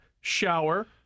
shower